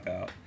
Out